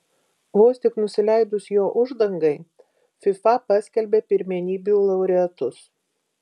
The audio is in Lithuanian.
vos tik nusileidus jo uždangai fifa paskelbė pirmenybių laureatus